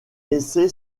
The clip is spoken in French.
laissé